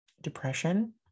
depression